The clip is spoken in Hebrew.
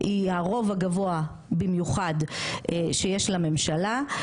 היא הרוב הגבוה במיוחד שיש לממשלה,